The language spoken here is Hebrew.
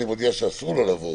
אני מודיע לו שאסור לו לבוא.